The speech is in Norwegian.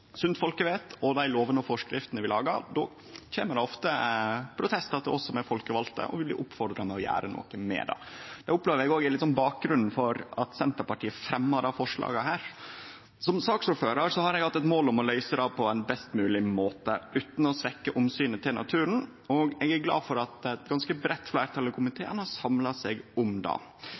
sunt folkevett og dei lovene og forskriftene vi lagar, kjem det ofte protestar til oss som er folkevalde, og vi blir oppfordra til å gjere noko med det. Det opplever eg òg er litt av bakgrunnen for at Senterpartiet har fremja dette forslaget. Som saksordførar har eg hatt eit mål om å løyse det på ein best mogleg måte, utan å svekkje omsynet til naturen, og eg er glad for at eit ganske breitt fleirtal i komiteen har samla seg om det.